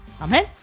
Amen